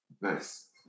Nice